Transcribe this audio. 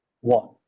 one